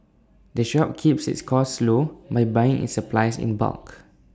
the shop keeps its costs low by buying its supplies in bulk